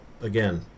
again